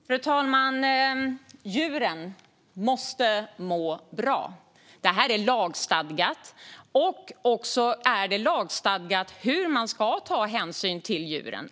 Fru talman! Djuren måste må bra. Det är lagstadgat. Det är också lagstadgat hur man ska ta hänsyn till djuren.